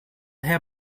herr